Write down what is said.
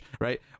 right